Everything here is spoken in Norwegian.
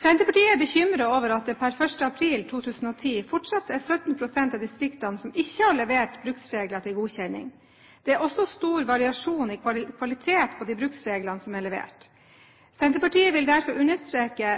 Senterpartiet er bekymret over at det per 1. april 2010 fortsatt er 17 pst. av distriktene som ikke har levert bruksregler til godkjenning. Det er også stor variasjon i kvalitet på de bruksreglene som er levert. Senterpartiet vil derfor understreke